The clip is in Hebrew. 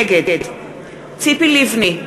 נגד ציפי לבני,